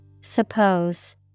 Suppose